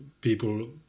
people